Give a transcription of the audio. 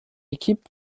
équipe